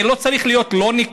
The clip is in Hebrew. זה לא צריך להיות נקמה,